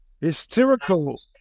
hysterical